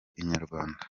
inyarwanda